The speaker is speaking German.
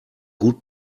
gut